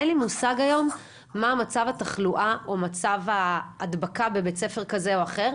אין לי מושג היום מה מצב התחלואה או מצב ההדבקה בבית ספר כזה או אחר,